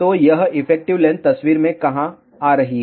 तो यह effective length तस्वीर में कहाँ आ रही है